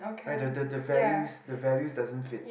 right the the the values the values doesn't fit